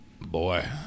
Boy